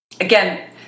again